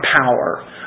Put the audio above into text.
power